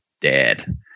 dead